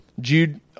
Jude